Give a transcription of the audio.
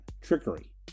trickery